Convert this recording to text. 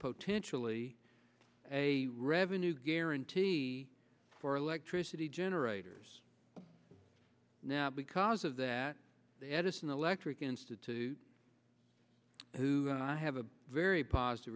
potentially a revenue guarantee for electricity generators now because of that edison electric institute who i have a very positive